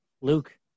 Luke